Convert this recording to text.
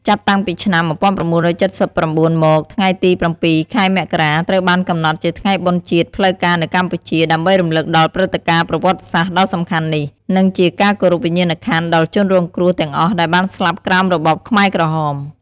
ចាប់តាំងពីឆ្នាំ ១៩៧៩ មក ថ្ងៃទី៧ ខែមករា ត្រូវបានកំណត់ជាថ្ងៃបុណ្យជាតិផ្លូវការនៅកម្ពុជា ដើម្បីរំឭកដល់ព្រឹត្តិការណ៍ប្រវត្តិសាស្ត្រដ៏សំខាន់នេះ និងជាការគោរពវិញ្ញាណក្ខន្ធដល់ជនរងគ្រោះទាំងអស់ដែលបានស្លាប់ក្រោមរបបខ្មែរក្រហម។